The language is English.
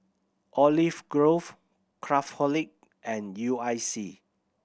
Olive Grove Craftholic and U I C